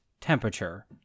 temperature